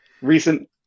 recent